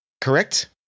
correct